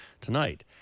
tonight